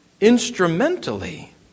Instrumentally